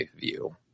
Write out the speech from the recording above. view